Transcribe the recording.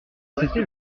c’était